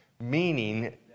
meaning